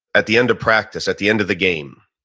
at the end of practice, at the end of the game,